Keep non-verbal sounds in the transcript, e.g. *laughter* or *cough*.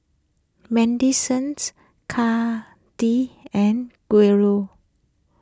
Madysons *unintelligible* and Gaylord